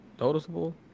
noticeable